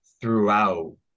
throughout